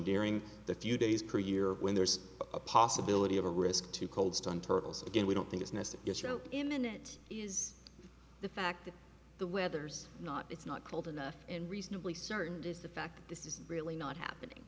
during the few days per year when there's a possibility of a risk to coldstone turtles again we don't think it's nesting in the net is the fact that the weather's not it's not cold enough and reasonably certain is the fact this is really not happening